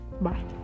bye